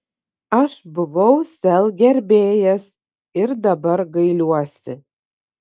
aš buvau sel gerbėjas ir dabar gailiuosi